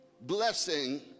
blessing